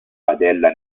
padella